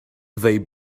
they